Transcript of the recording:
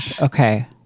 Okay